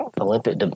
Olympic